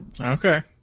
Okay